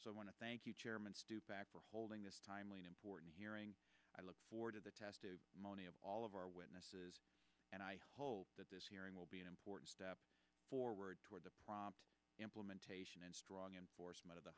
to thank you chairman stupe act for holding this timely an important hearing i look forward to the test money of all of our witnesses and i hope that this hearing will be an important step forward toward the prompt implementation and strong enforcement of the